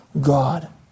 God